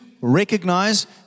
recognize